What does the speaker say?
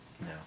No